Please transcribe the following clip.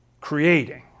creating